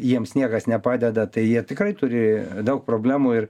jiems niekas nepadeda tai jie tikrai turi daug problemų ir